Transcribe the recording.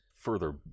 further